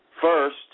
First